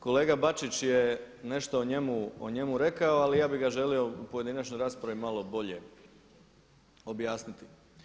Kolega Bačić je nešto o njemu rekao, ali ja bih ga želio u pojedinačnoj raspravi malo bolje objasniti.